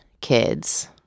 kids